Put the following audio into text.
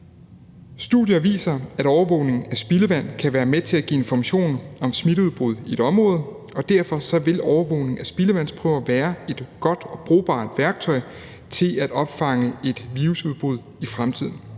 Studier viser, at overvågning af spildevand kan være med til at give information om smitteudbrud i et område, og derfor vil overvågning af spildevandsprøver være et godt og brugbart værktøj til at opfange et virusudbrud i fremtiden.